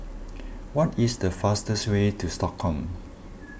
what is the fastest way to Stockholm